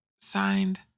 Signed